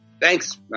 Thanks